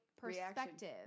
perspective